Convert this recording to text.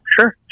Sure